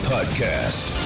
Podcast